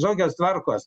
tokios tvarkos